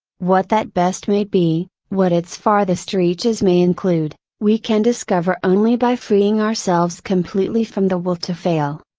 what that best may be, what its farthest reaches may include, we can discover only by freeing ourselves completely from the will to fail.